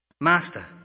Master